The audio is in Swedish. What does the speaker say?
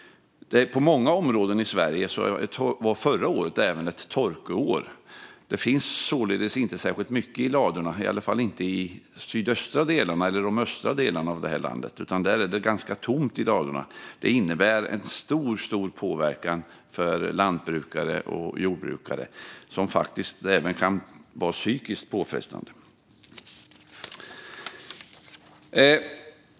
I många områden i Sverige var även förra året ett torkeår. Det finns således inte särskilt mycket i ladorna, i alla fall inte i de sydöstra delarna eller i de östra delarna av detta land. Där är det ganska tomt i ladorna. Det innebär en stor påverkan på lantbrukare och jordbrukare, som faktiskt även kan vara psykiskt påfrestande.